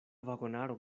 vagonaro